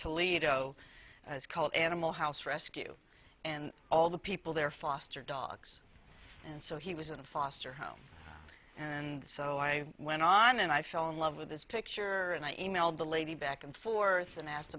toledo called animal house rescue and all the people there foster dogs and so he was in a foster home and so i went on and i fell in love with this picture and i emailed the lady back and forth and asked